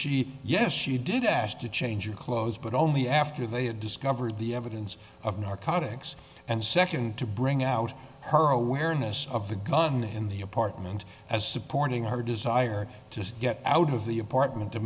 sheep yes she did ask to change your clothes but only after they had discovered the evidence of narcotics and second to bring out her awareness of the gun in the apartment as supporting her desire to get out of the apartment to